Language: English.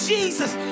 Jesus